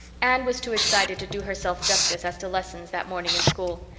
anne was too excited to do herself justice as to lessons that morning in school.